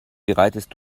bereitest